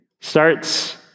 starts